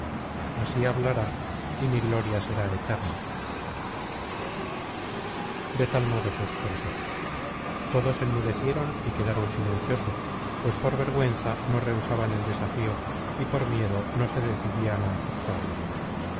así hablará y mi gloria será eterna de tal modo se expresó todos enmudecieron y quedaron silenciosos pues por vergüenza no rehusaban el desafío y por miedo no se decidían á aceptarlo